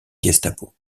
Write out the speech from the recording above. gestapo